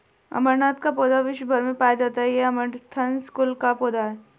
अमरनाथ का पौधा विश्व् भर में पाया जाता है ये अमरंथस कुल का पौधा है